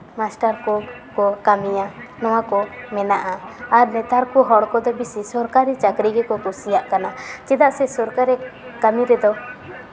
master ᱠᱚᱠᱚ ᱠᱟᱹᱢᱤᱭᱟ ᱱᱚᱣᱟ ᱠᱚ ᱢᱮᱱᱟᱜᱼᱟ ᱟᱨ ᱱᱮᱛᱟᱨ ᱠᱚ ᱦᱚᱲ ᱠᱚᱫᱚ ᱵᱮᱥᱤ ᱥᱚᱨᱠᱟᱨᱤ ᱪᱟᱹᱠᱨᱤ ᱜᱮᱠᱚ ᱠᱩᱥᱤᱭᱟᱜ ᱠᱟᱱᱟ ᱪᱮᱫᱟᱜ ᱥᱮ ᱥᱚᱨᱠᱟᱨᱤ ᱠᱟᱹᱢᱤ ᱨᱮᱫᱚ